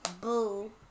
boo